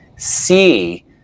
see